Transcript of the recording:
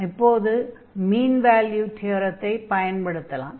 இப்போது mean value தியரத்தை பயன்படுத்தலாம்